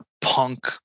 punk